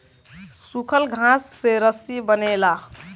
सूखल घास से रस्सी बनेला